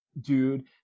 dude